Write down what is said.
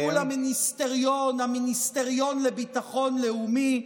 מהיום עד מחר תקראו למיניסטריון "המיניסטריון לביטחון לאומי".